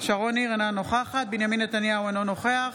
אינה נוכחת בנימין נתניהו, אינו נוכח